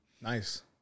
Nice